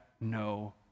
no